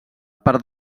per